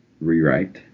Rewrite